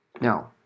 Now